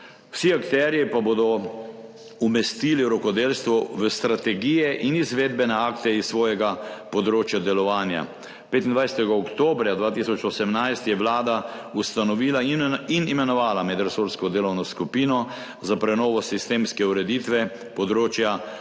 vsi akterji pa bodo umestili rokodelstvo v strategije in izvedbene akte s svojega področja delovanja. 25. oktobra 2018 je Vlada ustanovila in imenovala medresorsko delovno skupino za prenovo sistemske ureditve področja